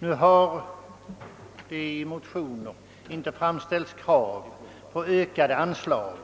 I de motioner, som behandlas under denna punkt, föreslås